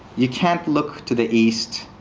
you can't look to the east.